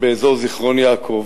באזור זיכרון-יעקב,